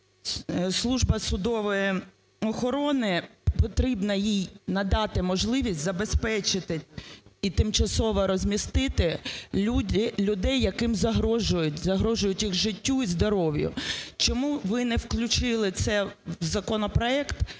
Служба судової охорони потрібно їй надати можливість забезпечити і тимчасово розмістити людей, яким загрожують, загрожують їх життю і здоров'ю. Чому ви не включили це в законопроект,